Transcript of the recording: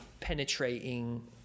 penetrating